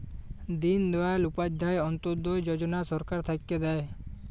দিন দয়াল উপাধ্যায় অন্ত্যোদয় যজনা সরকার থাক্যে দেয়